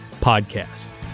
Podcast